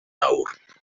nawr